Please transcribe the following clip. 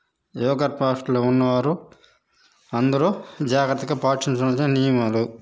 యోగా ఫాస్ట్లో ఉన్నవారు అందరూ జాగ్రత్తగా పాటించవలసిన నియమాలు